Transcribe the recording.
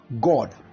God